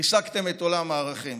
ריסקתם את עולם הערכים.